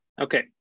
okay